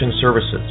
services